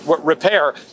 repair